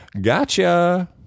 gotcha